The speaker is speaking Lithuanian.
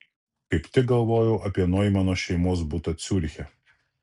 kaip tik galvojau apie noimano šeimos butą ciuriche